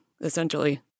essentially